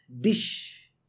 dish